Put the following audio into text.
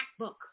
MacBook